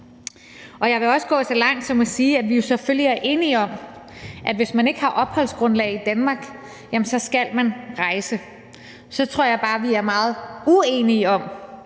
Jeg vil også gå så langt som til at sige, at vi jo selvfølgelig er enige om, at hvis man ikke har opholdsgrundlag i Danmark, skal man rejse. Så tror jeg bare, vi er meget uenige om,